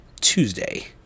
Tuesday